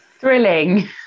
thrilling